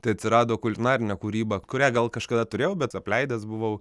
tai atsirado kulinarinė kūryba kurią gal kažkada turėjau bet apleidęs buvau